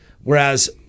Whereas